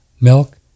milk